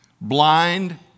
blind